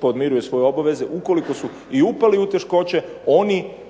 podmiruju svoje obveze, ukoliko su i upali u teškoće oni po